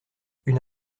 une